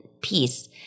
peace